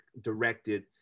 directed